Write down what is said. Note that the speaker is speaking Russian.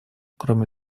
кроме